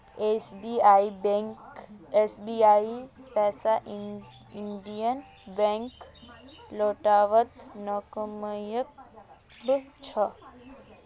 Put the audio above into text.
एसबीआईर पैसा Indian bank लौटव्वात नाकामयाब छ